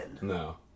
No